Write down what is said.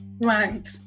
Right